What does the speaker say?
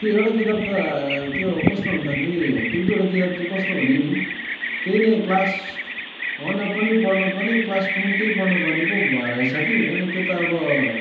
त्यो एउटा किताब त त्यो कस्तो भन्दाखेरि एक दुईवटा किताब चाहिँ कस्तो भने नि त्यही नै क्लास वनमा पनि पढ्नुपर्ने क्लास टुमा पनि त्यही पढ्नुपर्ने भएको रहेछ कि अन्त त्यो त अब